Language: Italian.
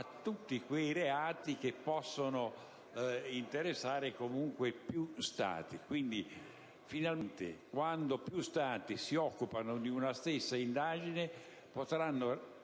a tutti quei reati che possono interessare comunque più Stati. Finalmente, qualora più Stati si occupino di una stessa indagine, potranno